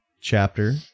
chapter